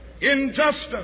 injustice